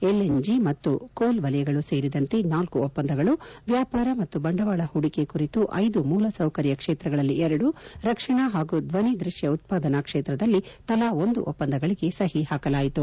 LNG ಮತ್ತು coking coal ವಲಯಗಳು ಸೇರಿದಂತೆ ನಾಲ್ಲು ಒಪ್ಪಂದಗಳು ವ್ಯಾಪಾರ ಮತ್ತು ಬಂಡವಾಳ ಹೂಡಿಕೆ ಕುರಿತು ಐದು ಮೂಲಸೌಕರ್ಯ ಕ್ಷೇತ್ರದಲ್ಲಿ ಎರಡು ರಕ್ಷಣಾ ಹಾಗೂ ಧ್ವನಿ ದೃಶ್ಯ ಉತ್ಪಾದನಾ ಕ್ಷೇತ್ರದಲ್ಲಿ ತಲಾ ಒಂದು ಒಪ್ಪಂದಗಳಿಗೆ ಸಹಿ ಹಾಕಲಾಯಿತು